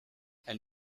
elle